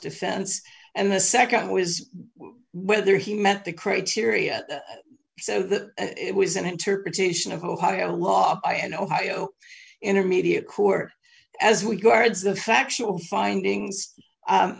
defense and the nd was whether he met the criteria so that it was an interpretation of ohio law i had ohio intermediate court as we guard the factual findings